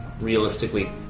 realistically